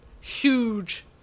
huge